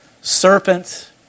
serpent